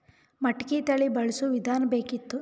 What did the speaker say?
ಮಟಕಿ ತಳಿ ಬಳಸುವ ವಿಧಾನ ಬೇಕಿತ್ತು?